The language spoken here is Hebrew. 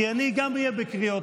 כי אני גם אהיה בקריאות.